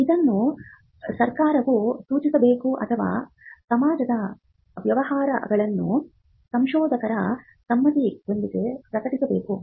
ಇದನ್ನು ಸರ್ಕಾರವು ಸೂಚಿಸಬೇಕು ಅಥವಾ ಸಮಾಜದ ವ್ಯವಹಾರಗಳಲ್ಲಿ ಸಂಶೋಧಕರ ಸಮ್ಮತಿಯೊಂದಿಗೆ ಪ್ರಕಟಿಸಬೇಕು